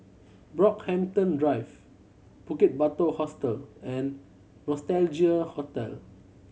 Brockhampton Drive Bukit Batok Hostel and Nostalgia Hotel